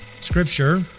Scripture